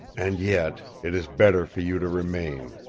and yet it is better for you to remain.